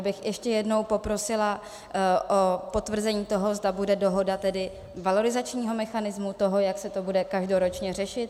Já bych ještě jednou poprosila o potvrzení toho, zda bude dohoda tedy valorizačního mechanismu, toho, jak se to bude každoročně řešit.